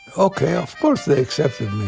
ok, of course they accepted me